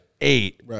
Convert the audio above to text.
eight